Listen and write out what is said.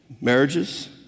marriages